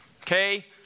okay